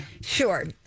Sure